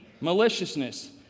maliciousness